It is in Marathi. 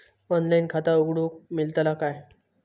ऑनलाइन खाता उघडूक मेलतला काय?